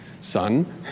son